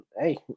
hey